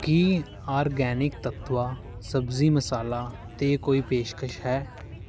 ਕੀ organic ਤੱਤਵਾ ਸਬਜ਼ੀ ਮਸਾਲਾ 'ਤੇ ਕੋਈ ਪੇਸ਼ਕਸ਼ ਹੈ